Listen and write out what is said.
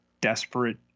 desperate